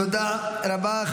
תודה רבה.